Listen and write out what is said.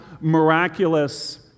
miraculous